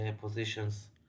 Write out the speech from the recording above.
positions